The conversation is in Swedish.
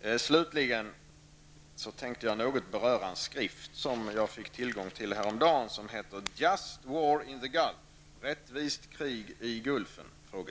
Jag tänker slutligen något beröra en skrift som jag fick tillgång till häromdagen och som heter Just war in the Gulf? -- Rättvist krig i Gulfen? -- som